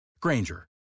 Granger